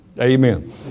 Amen